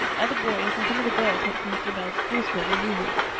all the boys and some of the girls went to mr. bell's spruce grove as usual,